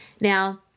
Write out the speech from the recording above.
Now